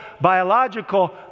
biological